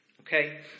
okay